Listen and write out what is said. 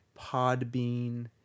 Podbean